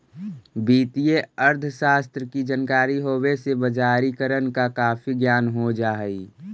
वित्तीय अर्थशास्त्र की जानकारी होवे से बजारिकरण का काफी ज्ञान हो जा हई